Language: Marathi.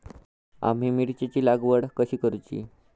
आम्ही मिरचेंची लागवड कधी करूची?